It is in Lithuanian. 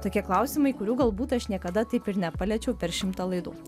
tokie klausimai kurių galbūt aš niekada taip ir nepaliečiau per šimtą laidų